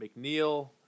McNeil